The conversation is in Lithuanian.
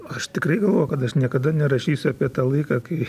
aš tikrai galvojau kad aš niekada nerašysiu apie tą laiką kai